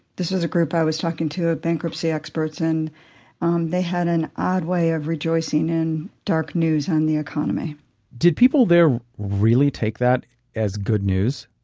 this was a group i was talking to, of bankruptcy experts and they had an odd way of rejoicing in dark news on the economy did people there really take that as good news?